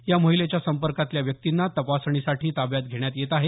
या महिलेच्या संपर्कातल्या व्यक्तींना तपासणीसाठी ताब्यात घेण्यात येत आहे